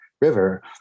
River